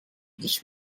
ich